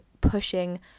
pushing